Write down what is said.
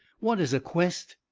what is a quest?